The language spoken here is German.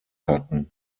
hatten